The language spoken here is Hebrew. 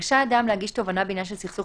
רשאי אדם להגיש תובענה בעניין של סכסוך